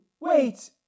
wait